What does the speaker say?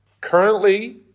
currently